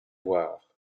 voir